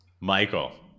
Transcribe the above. Michael